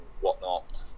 whatnot